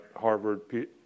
Harvard